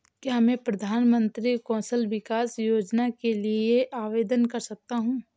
क्या मैं प्रधानमंत्री कौशल विकास योजना के लिए आवेदन कर सकता हूँ?